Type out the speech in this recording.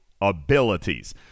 abilities